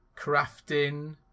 crafting